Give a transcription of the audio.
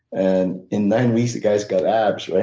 and in nine weeks the guy's got abs.